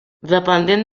dependent